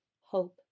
hope